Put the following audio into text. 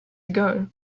ago